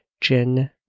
Jen